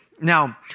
Now